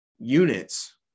units